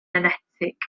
enetig